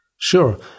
Sure